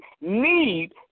need